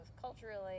culturally